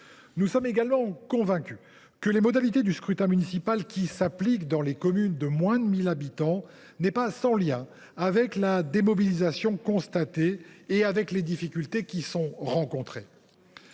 Nous sommes convaincus que les modalités du scrutin municipal qui s’appliquent dans les communes de moins de 1 000 habitants ne sont pas sans lien avec la démobilisation constatée et, plus généralement, avec les difficultés rencontrées.